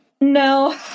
no